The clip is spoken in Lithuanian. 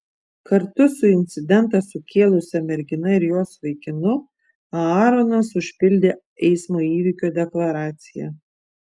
kartu su incidentą sukėlusia mergina ir jos vaikinu aaronas užpildė eismo įvykio deklaraciją